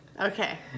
Okay